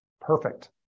perfect